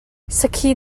sakhi